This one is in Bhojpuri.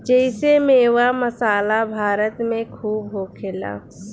जेइसे मेवा, मसाला भारत मे खूबे होखेला